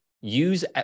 Use